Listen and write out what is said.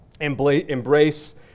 Embrace